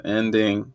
ending